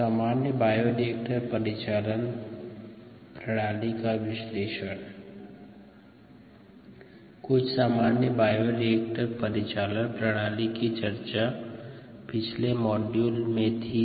सामान्य बायोरिएक्टर परिचालन प्रणाली का विश्लेषण कुछ सामान्य बायोरिएक्टर परिचालन प्रणाली की चर्चा पिछले मॉड्यूल में थी